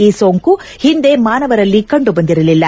ಈ ಸೋಂಕು ಹಿಂದೆ ಮಾನವರಲ್ಲಿ ಕಂಡುಬಂದಿರಲಿಲ್ಲ